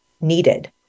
needed